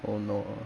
oh no